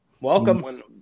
Welcome